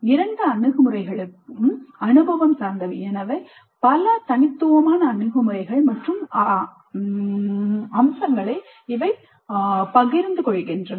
இரண்டு அணுகுமுறைகளும் அனுபவம் சார்ந்தவை எனவே பல தனித்துவமான அணுகுமுறைகள் மற்றும் அம்சங்களைப் பகிர்ந்து கொள்கின்றன